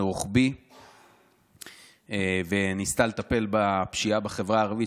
רוחבי וניסתה לטפל בפשיעה בחברה הערבית,